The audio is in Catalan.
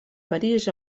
paris